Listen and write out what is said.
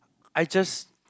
I just